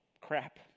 crap